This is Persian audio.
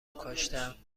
کاشتم